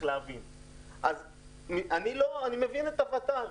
אני מבין את הוות"ל,